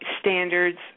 standards